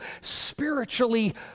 spiritually